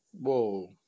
Whoa